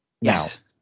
Yes